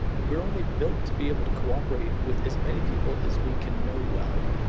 we're only built to be able to cooperate with as many people as we can know well.